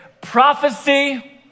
prophecy